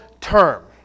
term